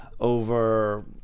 over